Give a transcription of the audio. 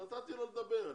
נתתי לו לדבר,